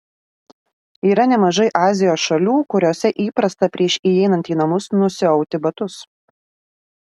yra nemažai azijos šalių kuriose įprasta prieš įeinant į namus nusiauti batus